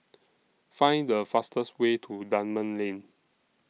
Find The fastest Way to Dunman Lane